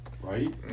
Right